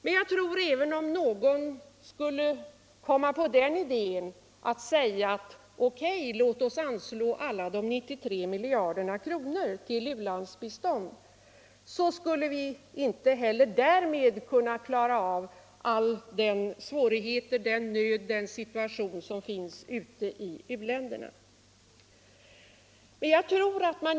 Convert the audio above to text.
Men jag tror att vi inte ens genom att anslå alla de 93 miljarderna till u-landsbistånd, om nu någon skulle komma på den idén, skulle kunna klara alla de svårigheter och all den nöd som finns ute i u-länderna.